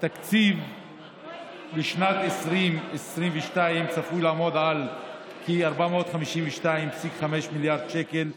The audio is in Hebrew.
התקציב לשנת 2022 צפוי לעמוד על כ-452.5 מיליארד שקל,